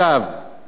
לסיום.